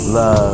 Love